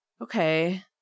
okay